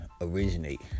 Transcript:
originate